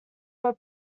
were